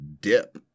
dip